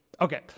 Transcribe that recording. Okay